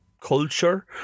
culture